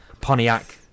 Pontiac